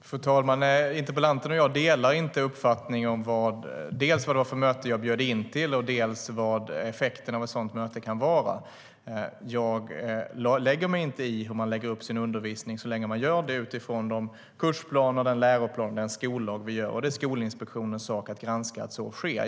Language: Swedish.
Fru talman! Interpellanten och jag delar inte uppfattningen om vad det var för möte jag bjöd in till och vilka effekterna av ett sådant möte kan vara. Jag lägger mig inte i hur man lägger upp sin undervisning så länge man gör det utifrån de kursplaner, den läroplan och den skollag vi har. Och det är Skolinspektionens sak att granska det.